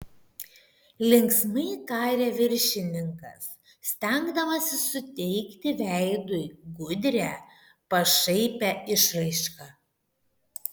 linksmai tarė viršininkas stengdamasis suteikti veidui gudrią pašaipią išraišką